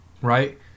right